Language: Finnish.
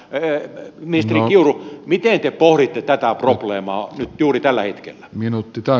ministeri kiuru miten te pohditte tätä probleemaa nyt juuri tällä hetkellä